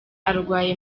arwaye